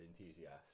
enthusiast